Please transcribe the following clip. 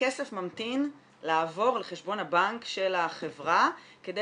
הכסף ממתין לעבור לחשבון הבנק של החברה כדי